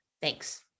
Thanks